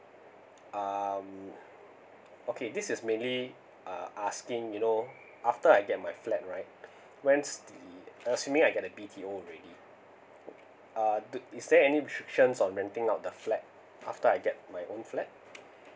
um okay this is maybe uh asking you know after I get my flat right when's the assuming I get the B T O already uh do is there any restrictions on renting out the flat after I get my own flat